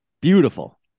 Beautiful